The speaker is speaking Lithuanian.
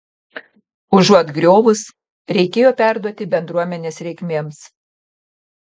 užuot griovus reikėjo perduoti bendruomenės reikmėms